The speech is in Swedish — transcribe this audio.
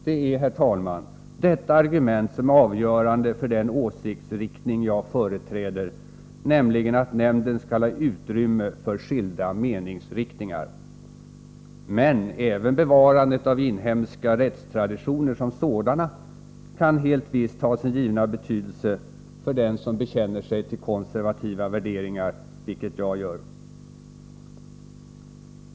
Det är, herr talman, detta argument som är avgörande för den åsiktsriktning jag företräder, nämligen att nämnden skall ha utrymme för skilda meningsriktningar. Men även bevarandet av inhemska rättstraditioner som sådana kan helt visst ha sin givna betydelse för den som bekänner sig till konservativa värderingar, vilket jag gör.